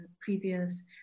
previous